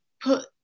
put